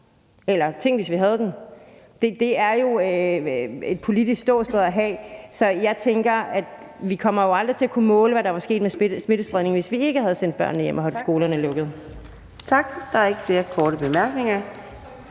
eller tænk, hvis vi havde den. Det er jo et politisk ståsted at have. Så jeg tænker, at vi jo aldrig kommer til at kunne måle, hvad der var sket med smittespredningen, hvis vi ikke havde sendt børnene hjem og holdt skolerne lukket. Kl. 12:45 Fjerde næstformand